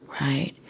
right